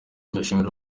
ndashimira